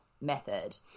method